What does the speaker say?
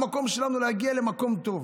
המקום שלנו הוא להגיע למקום טוב